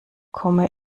komme